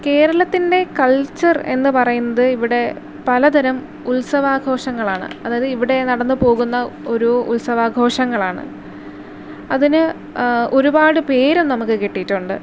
കേരളത്തിൻ്റെ കൾച്ചർ എന്ന് പറയുന്നത് ഇവിടെ പലതരം ഉത്സവ ആഘോഷങ്ങളാണ് അതായത് ഇവിടെ നടന്ന് പോകുന്ന ഒരു ഉത്സവാഘോഷങ്ങളാണ് അതിന് ഒരുപാട് പേരും നമുക്ക് കിട്ടിയിട്ടുണ്ട്